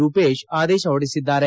ರೂಪೇಶ್ ಆದೇಶ ಹೊರಡಿಸಿದ್ದಾರೆ